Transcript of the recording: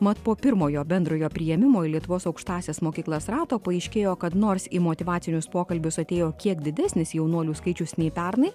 mat po pirmojo bendrojo priėmimo į lietuvos aukštąsias mokyklas rato paaiškėjo kad nors į motyvacinius pokalbius atėjo kiek didesnis jaunuolių skaičius nei pernai